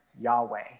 Yahweh